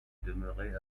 demeurait